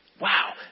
Wow